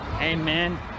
amen